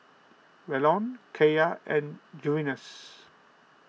Welton Keyla and Junius